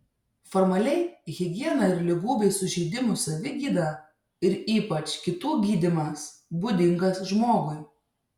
formaliai higiena ir ligų bei sužeidimų savigyda ir ypač kitų gydymas būdingas žmogui